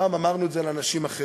פעם אמרנו את זה על אנשים אחרים.